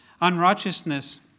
Unrighteousness